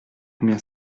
combien